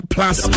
Plus